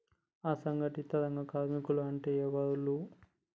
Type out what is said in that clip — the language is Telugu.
అసంఘటిత రంగ కార్మికులు అంటే ఎవలూ?